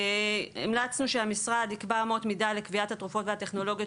המלצנו שהמשרד יקבע אמות מידה לקביעת התרופות והטכנולוגיות